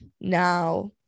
now